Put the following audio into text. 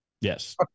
Yes